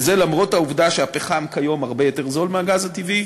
וזה למרות העובדה שהפחם כיום הרבה יותר זול מהגז הטבעי